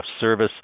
service